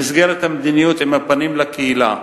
במסגרת המדיניות "עם הפנים לקהילה"